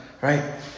right